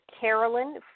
Carolyn